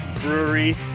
Brewery